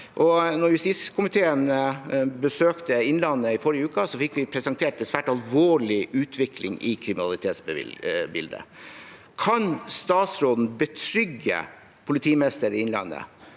Da justiskomiteen besøkte Innlandet i forrige uke, fikk vi presentert en svært alvorlig utvikling i kriminalitetsbildet. Kan statsråden betrygge politimesteren i Innlandet,